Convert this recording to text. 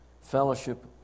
fellowship